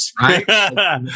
right